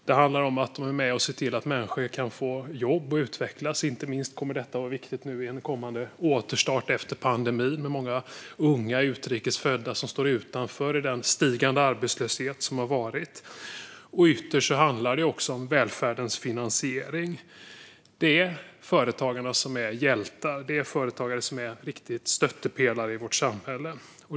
Det handlar om att de är med och ser till att människor kan få jobb och utvecklas. Inte minst kommer detta att vara viktigt nu i en kommande återstart efter pandemin med många unga utrikes födda som står utanför i den stigande arbetslöshet som har varit. Ytterst handlar det om välfärdens finansiering. Det är företagarna som är hjältar. Det är företagare som är riktiga stöttepelare i vårt samhälle.